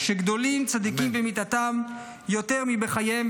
-- שגדולים צדיקים במיתתם יותר מבחייהם.